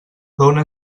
dóna